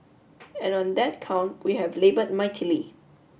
and on that count we have labor mightily